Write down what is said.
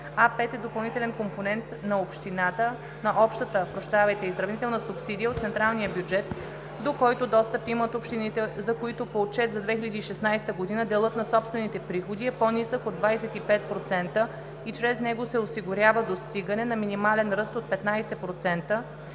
„А5 е допълнителен компонент на общата изравнителна субсидия от централния бюджет, до който достъп имат само общините, за които по отчет за 2016 г. делът на собствените приходи е по-нисък от 25% и чрез него се осигурява достигане на минимален ръст от 15%